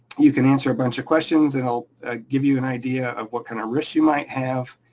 you can answer a bunch of questions and it'll give you an idea of what kind of risks you might have,